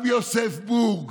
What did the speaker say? גם יוסף בורג